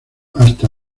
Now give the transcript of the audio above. hasta